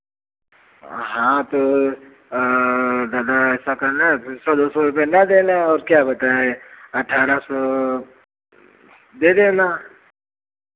हाँ तो दादा ऐसा करना फिर सौ दो सौ रुपैया ना देना और क्या बताएँ अठारह सौ दे देना